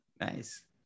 Nice